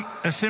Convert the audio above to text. עידן